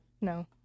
No